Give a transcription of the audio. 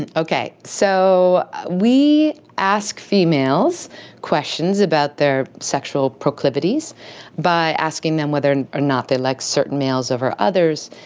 and okay, so we ask females questions about their sexual proclivities by asking them whether or not they like certain males over others,